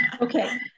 Okay